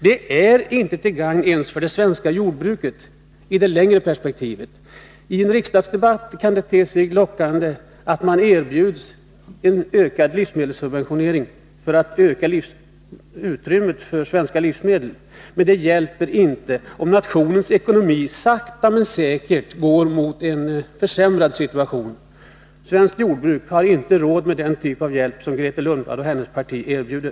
Den är inte till gagn ens för det svenska jordbruket i det längre perspektivet. I en riksdagsdebatt kan det te sig lockande att man erbjuds en ökad livsmedelssubventionering för att öka utrymmet för svenska livsmedel. Men det hjälper inte om nationens ekonomi sakta men säkert går mot en försämrad situation. Svenskt jordbruk har inte råd med den typ av hjälp som Grethe Lundblad och hennes parti erbjuder.